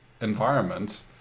environment